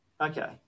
Okay